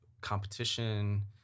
competition